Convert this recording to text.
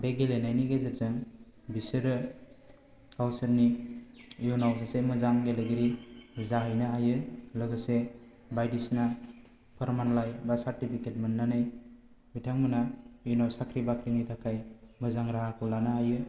बे गेलेनायनि गेजेरजों बिसोरो गावसोरनि इउनाव सासे मोजां गेलेगिरि जाहैनो हायो लोगोसे बायदिसिना फोरमानलाइ बा सार्टिफिकेट मोन्नानै बिथांमोनहा इउनाव साख्रि बाख्रिनि थाखाय मोजां राहाखौ लानो हायो